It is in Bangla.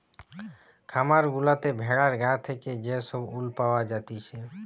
খামার গুলাতে ভেড়ার গা থেকে যে সব উল পাওয়া জাতিছে